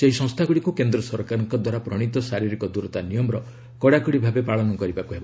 ସେହି ସଂସ୍ଥାଗୁଡ଼ିକୁ କେନ୍ଦ୍ର ସରକାରଙ୍କ ଦ୍ୱାରା ପ୍ରଣୀତ ଶାରିରୀକ ଦୂରତା ନିୟମର କଡ଼ାକଡ଼ି ପାଳନ କରିବାକୁ ହେବ